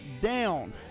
down